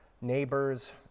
neighbors